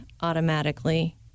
automatically